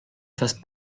fasse